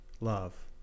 Love